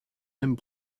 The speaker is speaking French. mêmes